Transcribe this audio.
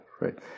right